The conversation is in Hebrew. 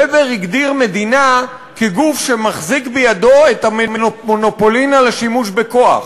ובר הגדיר מדינה כגוף שמחזיק בידו את המונופולין על השימוש בכוח.